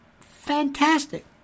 fantastic